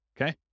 Okay